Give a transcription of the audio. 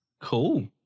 Cool